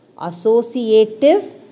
associative